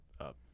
up